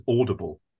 audible